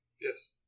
Yes